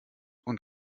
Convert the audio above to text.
und